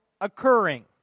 occurring